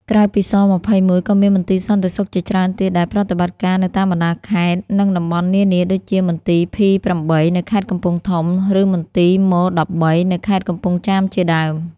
ក្រៅពី ស-២១ ក៏មានមន្ទីរសន្តិសុខជាច្រើនទៀតដែលប្រតិបត្តិការនៅតាមបណ្តាខេត្ត និងតំបន់នានាដូចជា មន្ទីរ ភី-៨ នៅខេត្តកំពង់ធំ ឬមន្ទីរ ម-១៣ នៅខេត្តកំពង់ចាមជាដើម។